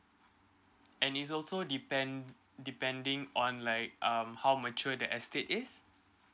and is also depend depending on like um how mature that estate is